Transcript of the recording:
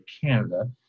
canada